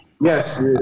yes